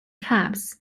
cubs